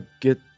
get